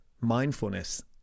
mindfulness